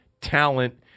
talent